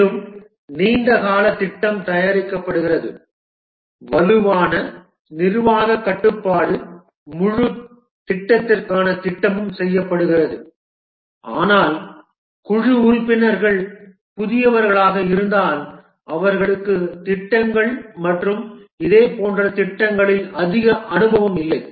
மேலும் நீண்ட காலத் திட்டம் தயாரிக்கப்படுகிறது வலுவான நிர்வாகக் கட்டுப்பாடு முழுத் திட்டத்திற்கான திட்டமும் செய்யப்படுகிறது ஆனால் குழு உறுப்பினர்கள் புதியவர்களாக இருந்தால் அவர்களுக்கு திட்டங்கள் மற்றும் இதே போன்ற திட்டங்களில் அதிக அனுபவம் இல்லை